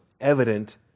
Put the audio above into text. evident